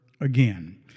again